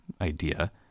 idea